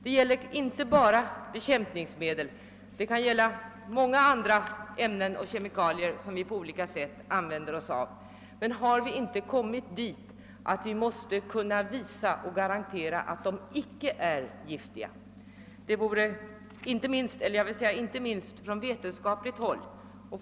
Det gäller inte bara bekämpningsmedel utan många andra ämnen och kemikalier som vi på olika sätt använder oss av. Har vi inte kommit dithän att den som vill använda dem måste kunna visa och garantera att de inte är giftiga?